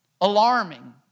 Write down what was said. alarming